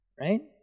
Right